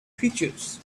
features